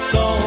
go